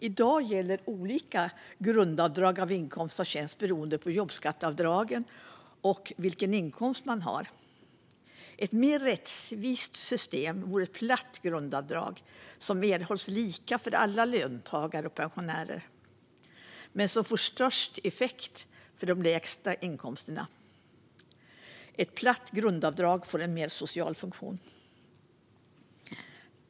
I dag gäller olika grundavdrag på inkomst av tjänst beroende på jobbskatteavdragen och vilken inkomst man har. Ett mer rättvist system vore ett platt grundavdrag som erhålls lika av alla löntagare och pensionärer men som får störst effekt för dem med lägst inkomster. Ett platt grundavdrag får en mer social funktion.